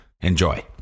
Enjoy